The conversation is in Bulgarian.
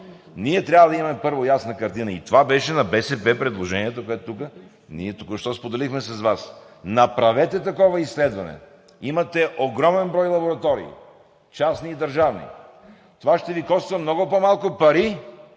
ние трябва да имаме, първо, ясна картина. И това беше предложението на БСП, което тук ние току-що споделихме с Вас – направете такова изследване, имате огромен брой лаборатории – частни и държавни. Това ще Ви коства много по-малко пари,